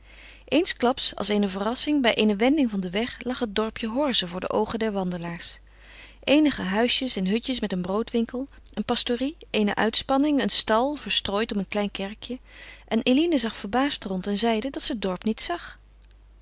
eensklaps als eene verrassing bij eene wending van den weg lag het dorpje horze voor de oogen der wandelaars eenige huisjes en hutjes met een broodwinkel een pastorie eene uitspanning een stal verstrooid om een klein kerkje en eline zag verbaasd rond en zeide dat ze het dorp niet zag